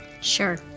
Sure